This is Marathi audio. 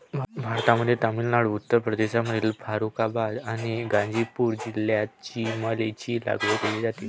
भारतामध्ये तामिळनाडू, उत्तर प्रदेशमधील फारुखाबाद आणि गाझीपूर जिल्ह्यात चमेलीची लागवड केली जाते